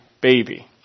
baby